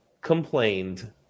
complained